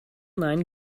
nine